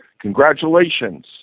Congratulations